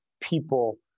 people